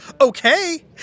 Okay